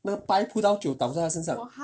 那白葡萄酒倒在他身上